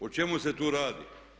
O čemu se tu radi?